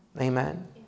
Amen